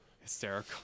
Hysterical